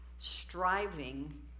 striving